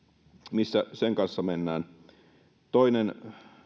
missä sen kanssa mennään toinen